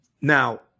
Now